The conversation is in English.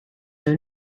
own